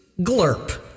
glurp